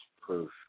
proof